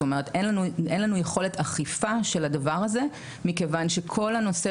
אין לנו יכולת אכיפה של הדבר הזה מכיוון שכל הנושא